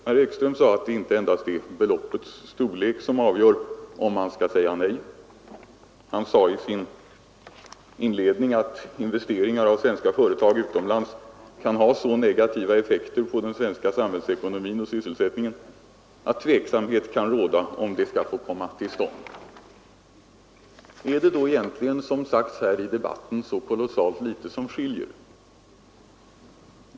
Herr Ekström sade att det inte endast är beloppets storlek som avgör om man skall säga nej. Han sade i sin inledning att investeringar av svenska företag utomlands kan ha så negativa effekter på den svenska samhällsekonomin och sysselsättningen att tveksamhet kan råda om sådana investeringar skall få komma till stånd. Är det då egentligen, som det har sagts här i debatten, så kolossalt litet som skiljer?